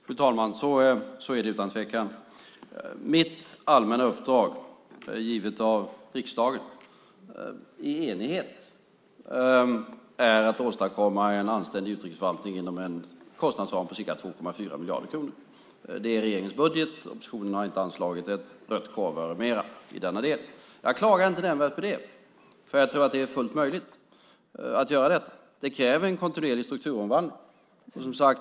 Fru talman! Så är det utan tvekan. Mitt allmänna uppdrag, givet av riksdagen i enighet, är att åstadkomma en anständig utrikesförvaltning inom en kostnadsram på ca 2,4 miljarder. Det är regeringens budget. Oppositionen har inte anslagit ett rött korvöre mer i denna del. Jag klagar inte nämnvärt på det. Jag tror att det är fullt möjligt att göra det. Det kräver en kontinuerlig strukturomvandling.